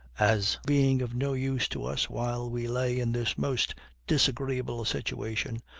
as being of no use to us while we lay in this most disagreeable situation,